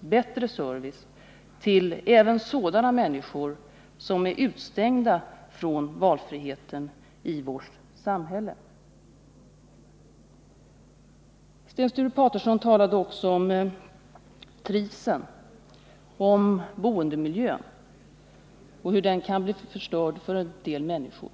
bättre service även till sådana människor som nu är utestängda från valfriheten i vårt samhälle. Sten Sture Paterson talade också om trivseln, om boendemiljön och om hur den kan bli förstörd för vissa människor.